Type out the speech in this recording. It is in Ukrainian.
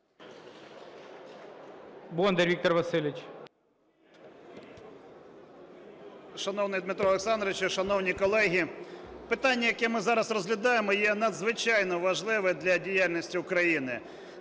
Шановний Дмитро Олександрович, шановні колеги! Питання, яке ми зараз розглядаємо, є надзвичайно важливим для діяльності України.